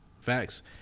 Facts